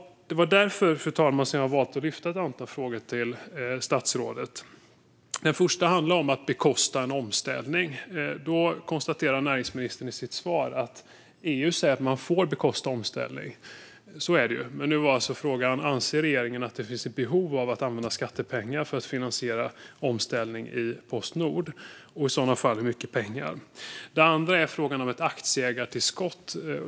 Det är därför, fru talman, som jag har valt att ställa ett antal frågor till statsrådet. Den första handlar om att bekosta en omställning. I sitt svar konstaterar näringsministern att EU säger att man får bekosta omställning, och så är det ju. Men nu var alltså frågan: Anser regeringen att det finns ett behov av att använda skattepengar för att finansiera omställning i Postnord, och i så fall hur mycket? Den andra frågan gäller ett aktieägartillskott.